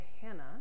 Hannah